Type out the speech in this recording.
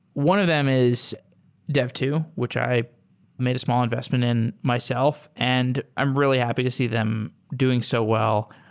one of them is dev to, which i made a small investment in myself. and i'm really happy to see them doing so wel